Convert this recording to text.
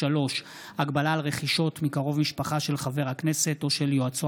3. הגבלה על רכישות מקרוב משפחה של חבר הכנסת או של יועצו